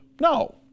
No